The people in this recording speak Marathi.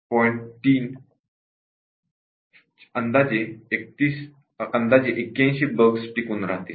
3 4 अंदाजे 81 बग्स टिकून राहतील